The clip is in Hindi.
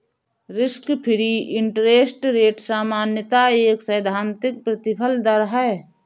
रिस्क फ्री इंटरेस्ट रेट सामान्यतः एक सैद्धांतिक प्रतिफल दर है